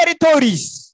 territories